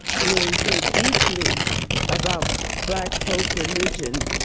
to really think deeply about black folk religion,